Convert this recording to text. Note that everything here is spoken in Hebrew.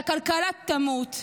שהכלכלה תמות,